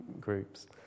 groups